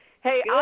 Hey